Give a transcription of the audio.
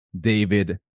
David